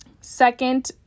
Second